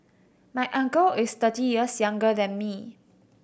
my uncle is thirty years younger than me